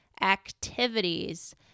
activities